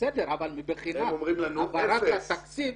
בסדר, אבל מבחינת העברת התקציב,